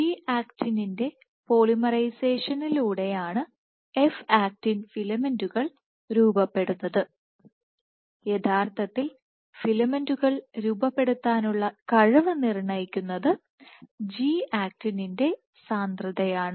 G ആക്റ്റിന്റെ പോളിമറൈസേഷനിലൂടെയാണ് F actin ഫിലമെന്റുകൾ രൂപപ്പെടുന്നത് യഥാർത്ഥത്തിൽ ഫിലമെന്റുകൾ രൂപപ്പെടുത്താനുള്ള കഴിവ് നിർണ്ണയിക്കുന്നത് ജി ആക്റ്റിന്റെ സാന്ദ്രതയാണ്